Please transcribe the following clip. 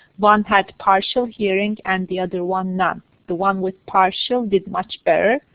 one had partial hearing and the other one none. the one with partial did much better.